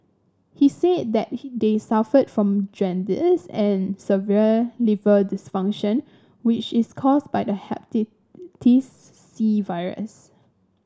he said that they suffered from jaundice and severe liver dysfunction which is caused by the Hepatitis C virus